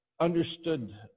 understood